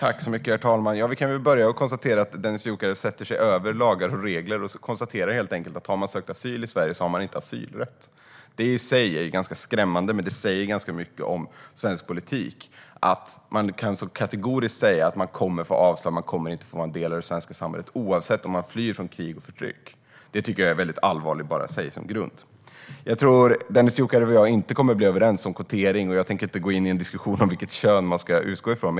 Herr talman! Vi kan väl börja med att konstatera att Dennis Dioukarev sätter sig över lagar och regler och helt enkelt konstaterar att de som har sökt asyl i Sverige inte har asylrätt. Det är i sig skrämmande. Det säger ganska mycket om Sverigedemokraternas politik att man så kategoriskt kan säga att de kommer att få avslag och inte kommer att få vara en del av det svenska samhället, oavsett om de har flytt från krig och förtryck. Det tycker jag är allvarligt att ha som grundhållning. Jag tror inte att Dennis Dioukarev och jag kommer att bli överens om kvotering, och jag tänker inte gå in i en diskussion om vilket kön man ska utgå från.